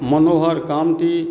Manohar Kamati